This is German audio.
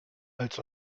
als